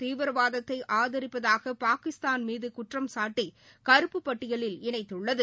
தீவிரவாதத்தை ஆதரிப்பதாக பாகிஸ்தான்மீது குற்றம்சாட்டி கருப்பு பட்டியலில் இணைத்துள்ளது